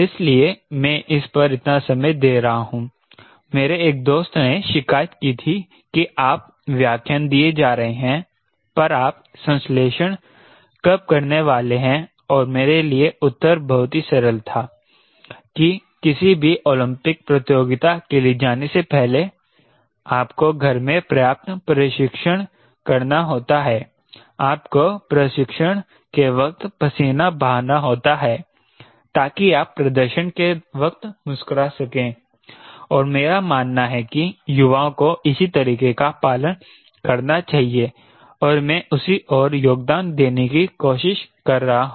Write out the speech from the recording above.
इसीलिए मैं इस पर इतना समय दे रहा हूं मेरे एक दोस्त ने शिकायत की थी कि आप व्याख्यान दिए जा रहे हैं पर आप संश्लेषण कब करने वाले हैं और मेरे लिए उत्तर बहुत ही सरल था कि किसी भी ओलंपिक प्रतियोगिता के लिए जाने से पहले आपको घर में पर्याप्त प्रशिक्षण करना होता है आपको प्रशिक्षण के वक़्त पसीना बहाना होता है ताकि आप प्रदर्शन के वक़्त मुस्कुरा सकें और मेरा मानना है कि युवाओं को इसी तरीके का पालन करना चाहिए और मे उसी ओर योगदान देने कि कोशिश कर रहा हूं